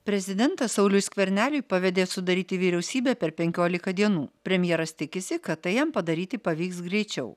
prezidentas sauliui skverneliui pavedė sudaryti vyriausybę per penkiolika dienų premjeras tikisi kad tai jam padaryti pavyks greičiau